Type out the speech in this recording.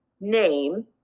name